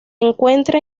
encuentra